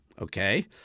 okay